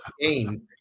game